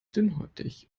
dünnhäutig